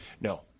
no